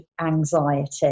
anxiety